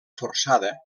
forçada